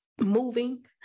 moving